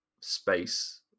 space